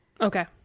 okay